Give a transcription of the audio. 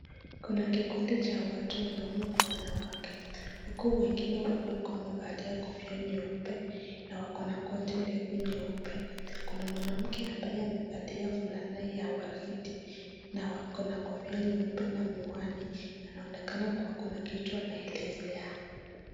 Kuna kikundi cha watu wanaume kwa wanawake huku wengine wakiwa wamevalia kofia nyeupe na wakona koti ndefu nyeupe kuna mwanamke ambaye amevalia fulana ya waridi na wakona kofia nyeupe na miwani anaonekana kuwa kuna kitu anaelezea.